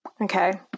Okay